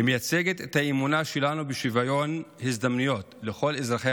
היא מייצגת את האמונה שלנו בשוויון הזדמנויות לכל אזרחי